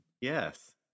Yes